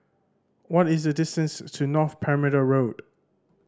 what is the distance to North Perimeter Road